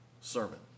sermon